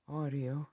audio